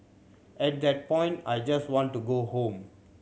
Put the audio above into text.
at that point I just want to go home